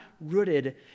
rooted